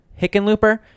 Hickenlooper